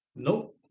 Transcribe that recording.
nope